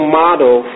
model